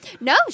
No